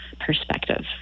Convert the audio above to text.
perspective